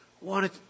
wanted